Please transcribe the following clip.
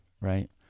right